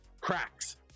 cracks